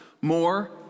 more